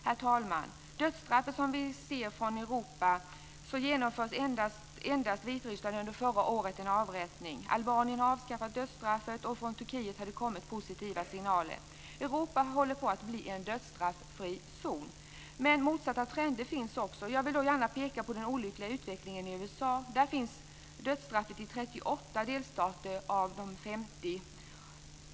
När det gäller dödsstraffet, sett till Europa, så genomfördes endast i Vitryssland en avrättning. Albanien har avskaffat dödsstraffet. Från Turkiet har det kommit positiva signaler. Europa håller på att bli en dödsstraffsfri zon men motsatta trender finns också. Jag vill då gärna peka på den olyckliga utvecklingen i USA där dödsstraffet finns i 38 av de 50 delstaterna.